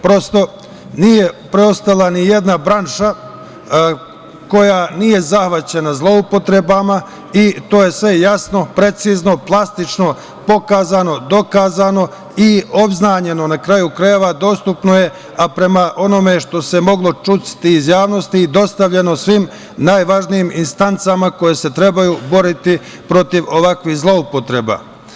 Prosto, nije preostala ni jedna branša koja nije zahvaćena zloupotrebama i to je sve jasno, precizno, plastično pokazano, dokazano i obznanjeno, na kraju krajeva, dostupno je, a prema onome što se moglo čuti iz javnosti i dostavljeno svim najvažnijim instancama koje se trebaju boriti protiv ovakvih zloupotreba.